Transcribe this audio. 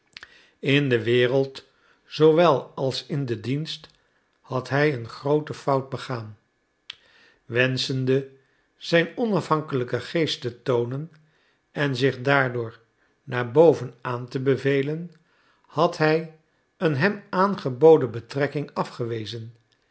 in de wereld zoowel als in den dienst had hij een groote fout begaan wenschende zijn onafhankelijken geest te toonen en zich daardoor naar boven aan te bevelen had hij een hem aangeboden betrekking afgewezen